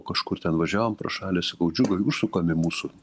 kažkur ten važiavom pro šalį sakau džiugai užsukam į mūsų